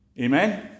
Amen